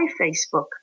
Facebook